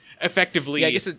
effectively